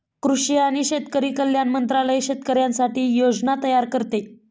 कृषी आणि शेतकरी कल्याण मंत्रालय शेतकऱ्यांसाठी योजना तयार करते